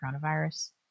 coronavirus